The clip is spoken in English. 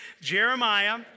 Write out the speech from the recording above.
Jeremiah